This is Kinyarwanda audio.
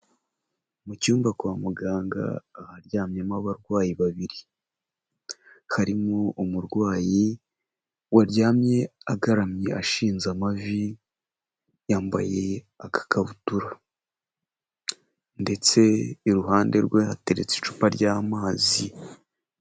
Mu cyumba kwa muganga, aharyamyemo abarwayi babiri, harimo umurwayi waryamye agaramye ashinze amavi, yambaye agakabutura ndetse iruhande rwe hateretse icupa ry'amazi.